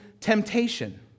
temptation